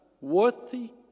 worthy